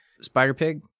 Spider-Pig